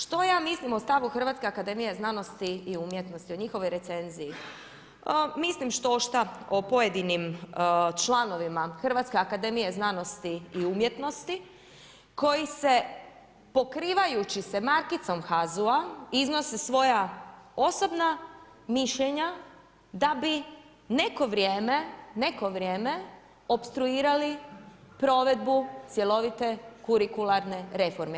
Što ja mislim o stavu Hrvatske akademije znanosti i umjetnosti, o njihovoj recenziji, mislim što šta o pojedinim članovima Hrvatske akademije znanosti i umjetnosti koji se pokrivajući se markicom HAZU-a iznose svoja osobna mišljenja da bi neko vrijeme opstruirali provedbe cjelovite kurikularne reforme.